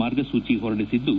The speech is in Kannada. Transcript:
ಮಾರ್ಗಸೂಚ ಹೊರಡಿಸಿದ್ದು